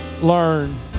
learn